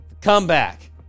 Comeback